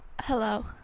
Hello